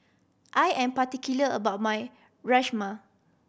I am particular about my Rajma